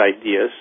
ideas